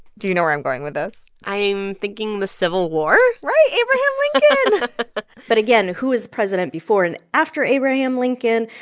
do you know where i'm going with this? i'm thinking the civil war? right. abraham lincoln but, again, who is president before and after abraham lincoln?